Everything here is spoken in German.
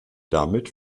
damit